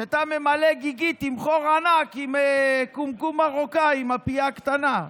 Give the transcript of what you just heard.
לזה שאתה ממלא גיגית עם חור ענק בקומקום מרוקאי עם הפייה הקטנה.